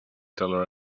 teller